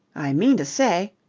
i mean to say.